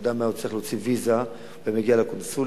כשאדם היה צריך להוציא ויזה הוא היה מגיע לקונסוליה.